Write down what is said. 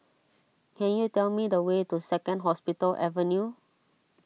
can you tell me the way to Second Hospital Avenue